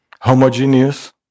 homogeneous